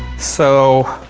so,